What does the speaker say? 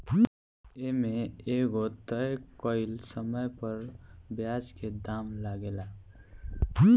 ए में एगो तय कइल समय पर ब्याज के दाम लागेला